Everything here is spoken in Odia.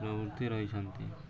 ପ୍ରବୃତି ରହିଛନ୍ତି